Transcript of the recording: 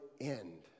end